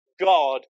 God